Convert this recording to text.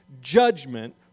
judgment